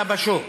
זב"שו,